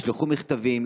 נשלחו מכתבים.